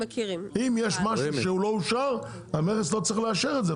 אם יש משהו שלא אושר המכס לא צריך לאשר את זה,